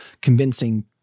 convincing